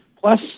Plus